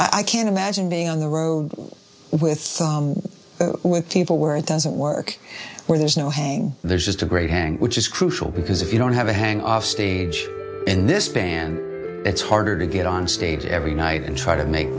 i'm i can't imagine being on the road with people were it doesn't work where there's no hang there's just a great hang which is crucial because if you don't have a hang off stage in this band it's harder to get on stage every night and try to make